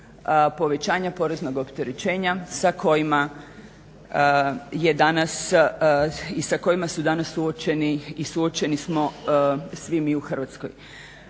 kojima je danas i sa kojima su danas suočeni i suočeni smo svi mi u Hrvatskoj.